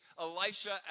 Elisha